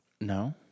No